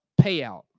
payout